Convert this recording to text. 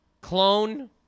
clone